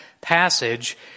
passage